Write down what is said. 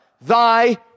Thy